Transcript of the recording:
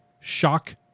shock